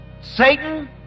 Satan